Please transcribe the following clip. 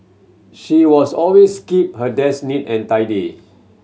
she was always keep her desk neat and tidy